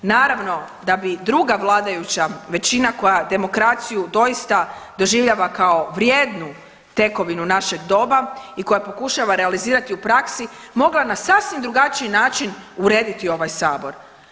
Naravno da bi druga vladajuća većina koja demokraciju doista doživljava kao vrijednu tekovinu našeg doba i koja pokušava realizirati u praksi mogla na sasvim drugačiji način urediti ovaj sabor.